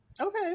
Okay